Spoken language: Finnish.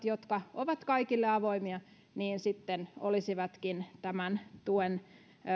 jotka ovat kaikille avoimia sitten olisivatkin tämän tuen